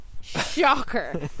shocker